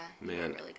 man